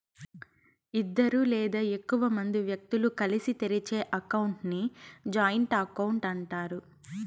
ఇద్దరు లేదా ఎక్కువ మంది వ్యక్తులు కలిసి తెరిచే అకౌంట్ ని జాయింట్ అకౌంట్ అంటారు